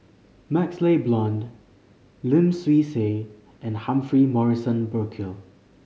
MaxLe Blond Lim Swee Say and Humphrey Morrison Burkill